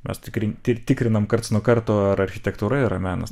mes tikrin tikrinam karts nuo karto ir architektūra yra menas